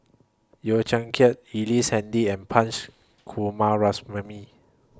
Yeo Kian Chye Ellice Handy and Punch Coomaraswamy